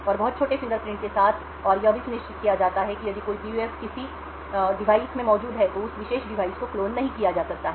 और बहुत छोटे फिंगरप्रिंट के साथ और यह भी सुनिश्चित किया जाता है कि यदि कोई PUF किसी डिवाइस में मौजूद है तो उस विशेष डिवाइस को क्लोन नहीं किया जा सकता है